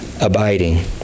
abiding